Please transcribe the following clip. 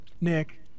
Nick